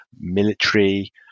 military